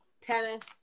tennis